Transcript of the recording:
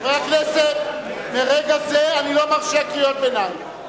חברי הכנסת, מרגע זה אני לא מרשה קריאות ביניים.